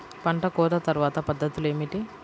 పంట కోత తర్వాత పద్ధతులు ఏమిటి?